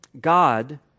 God